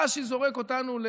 רש"י זורק אותנו אל